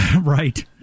Right